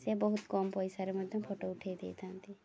ସେ ବହୁତ କମ୍ ପଇସାରେ ମଧ୍ୟ ଫଟୋ ଉଠାଇ ଦେଇଥାନ୍ତି